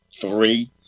three